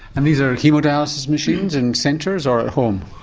and these are haemodialysis machines in centres or at home?